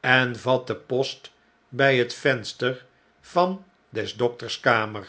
en vatte post by het venster van des dokters kamer